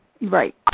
Right